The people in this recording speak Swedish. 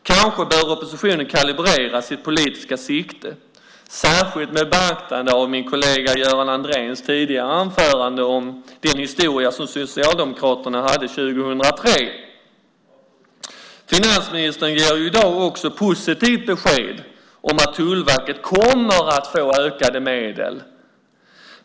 Kanske behöver oppositionen kalibrera sitt politiska sikte, särskilt med beaktande av min kollega Gunnar Andréns tidigare anförande om den historia som Socialdemokraterna hade 2003. Finansministern ger i dag också positivt besked om att Tullverket kommer att få ökade medel.